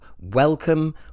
welcome